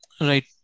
Right